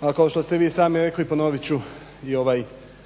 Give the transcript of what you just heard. A kao što ste i vi sami rekli ponovit ću i ovaj